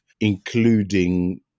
including